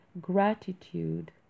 gratitude